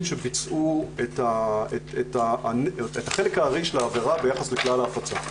שביצעו את החלק הארי של העבירה ביחס לכלל ההפצה.